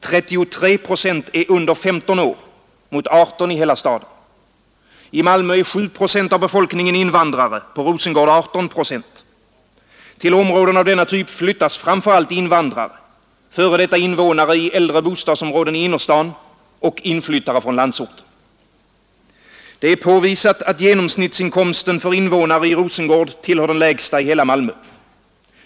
33 procent är under 15 år, mot 18 procent i hela staden. I Malmö är 7 procent av befolkningen invandrare, på Rosengård 18 procent. Till områden av denna typ flyttas framför allt invandrare, f. d. invånare i äldre bostadsområden i innerstaden och inflyttare från landsorten. Det är påvisat att genomsnittsinkomsten för invånare i Rosengård tillhör den lägsta i hela Malmö.